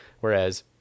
whereas